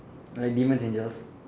a demon angels